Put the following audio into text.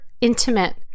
intimate